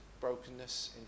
brokenness